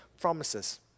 promises